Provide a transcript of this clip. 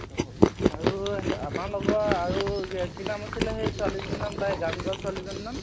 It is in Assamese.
চবকে আৰু আমাৰ লগৰ আৰু কি নাম আছিলে সেই ছোৱালীজনীৰ নাম তাই গান গোৱা ছোৱালীজনীৰ নাম